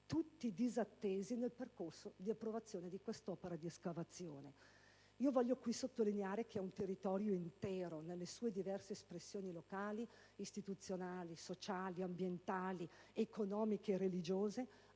Tutti disattesi nel percorso di approvazione di quest'opera di escavazione. Voglio qui sottolineare che è un territorio intero, nelle sue diverse espressioni locali - istituzionali, sociali, ambientali, economiche e religiose